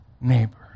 neighbor